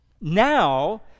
now